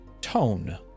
tone